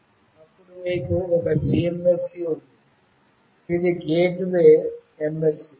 అప్పుడు మీకు ఒక GMSC ఉంది ఇది గేట్వే MSC